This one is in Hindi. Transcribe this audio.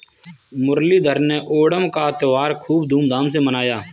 मुरलीधर ने ओणम का त्योहार खूब धूमधाम से मनाया